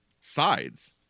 sides